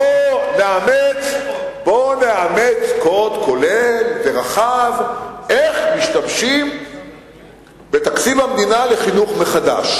בוא נאמץ קוד כולל ורחב איך משתמשים בתקציב המדינה לחינוך מחדש.